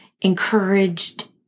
encouraged